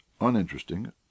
uninteresting